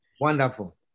Wonderful